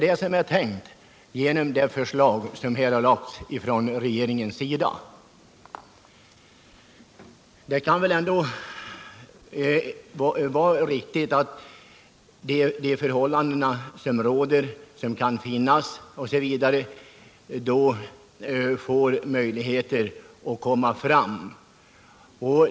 Det är tanken bakom det förslag som regeringen har lagt fram. Det måste vara riktigt att olika synpunkter får komma fram.